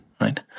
Right